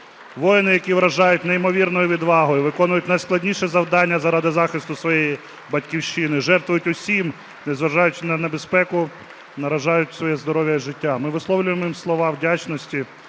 Воїни, які вражають неймовірною відвагою, виконують найскладніші завдання заради захисту своєї Батьківщини, жертвують усім, незважаючи на небезпеку, наражають своє здоров'я і життя. Ми висловлюємо їм слова вдячності